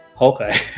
Okay